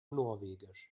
norwegisch